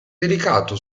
delicato